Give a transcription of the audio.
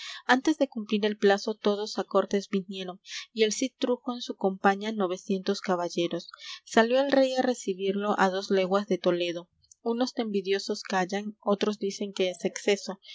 antes de cumplir el plazo todos á cortes vinieron y el cid trujo en su compaña novecientos caballeros salió el rey á recibirlo á dos leguas de toledo unos de envidiosos callan otros dicen que es exceso